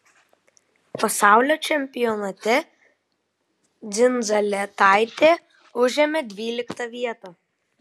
pasaulio čempionate dzindzaletaitė užėmė dvyliktą vietą